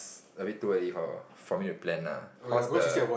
a bit too early for for me to plan lah cause the